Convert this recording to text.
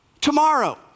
Tomorrow